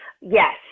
Yes